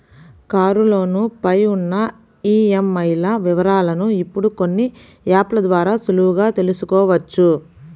కారులోను పై ఉన్న ఈఎంఐల వివరాలను ఇప్పుడు కొన్ని యాప్ ల ద్వారా సులువుగా తెల్సుకోవచ్చు